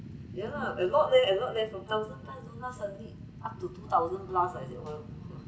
yeah lah a lot leh a lot leh from thousand times then now suddenly up to two thousand plus like that